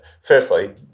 firstly